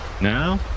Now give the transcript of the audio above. Now